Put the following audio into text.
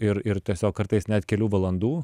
ir ir tiesiog kartais net kelių valandų